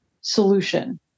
solution